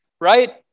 right